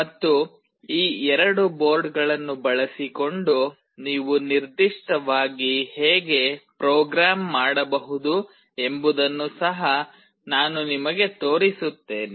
ಮತ್ತು ಈ ಎರಡು ಬೋರ್ಡ್ಗಳನ್ನು ಬಳಸಿಕೊಂಡು ನೀವು ನಿರ್ದಿಷ್ಟವಾಗಿ ಹೇಗೆ ಪ್ರೋಗ್ರಾಂ ಮಾಡಬಹುದು ಎಂಬುದನ್ನು ಸಹ ನಾನು ನಿಮಗೆ ತೋರಿಸುತ್ತೇನೆ